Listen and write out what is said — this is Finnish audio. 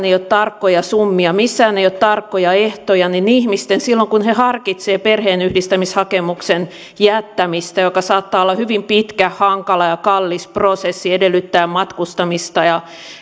ei ole tarkkoja summia missään ei ole tarkkoja ehtoja niin ihmisten silloin kun he harkitsevat perheenyhdistämishakemuksen jättämistä joka saattaa olla hyvin pitkä hankala ja kallis prosessi edellyttää matkustamista